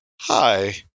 Hi